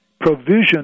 provision